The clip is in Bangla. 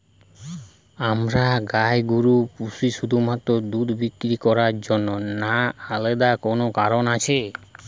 আমরা গাই গরু পুষি শুধুমাত্র দুধ বিক্রি করার জন্য না আলাদা কোনো কারণ আছে?